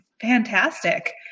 fantastic